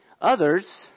Others